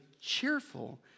cheerful